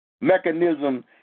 mechanism